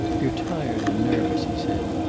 you're tired and nervous, he said.